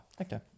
okay